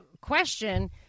question